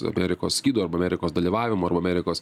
amerikos skydo arba amerikos dalyvavimo arba amerikos